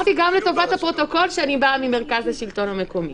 אמרתי גם לטובת הפרוטוקול שאני באה ממרכז השלטון המקומי.